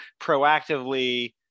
proactively